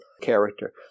character